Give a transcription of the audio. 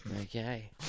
Okay